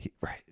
right